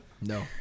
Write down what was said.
No